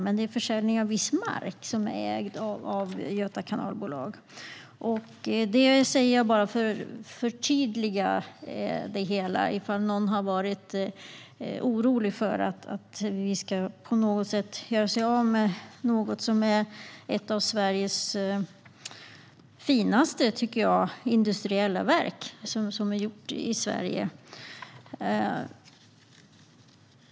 Men det är en försäljning av viss mark som är ägd av Göta kanalbolag. Det säger jag för att förtydliga det hela, ifall någon har varit orolig för att vi på något sätt ska göra oss av med ett av Sveriges finaste, tycker jag, industriella verk.